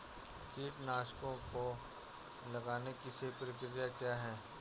कीटनाशकों को लगाने की सही प्रक्रिया क्या है?